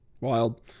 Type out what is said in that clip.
Wild